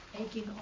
aching